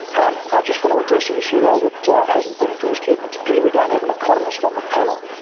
um ah just want to address an issue, though, that hasn't been addressed yet, and it's a pity we don't have an economist on the panel.